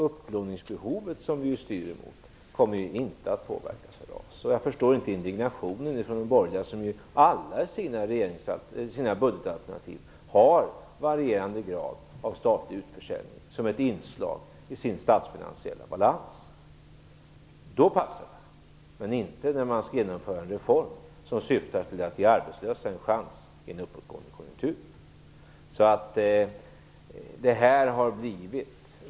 Upplåningsbehovet som vi styr emot kommer inte att påverkas av RAS. Jag förstår inte indignationen från de borgerliga, som i alla sina budgetalternativ har varierande grad av statlig utförsäljning som ett inslag i sin statsfinansiella balans. Då passar det, men inte när man skall genomföra en reform som syftar till att ge arbetslösa en chans i en uppåtgående konjunktur.